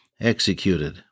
executed